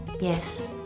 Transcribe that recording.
Yes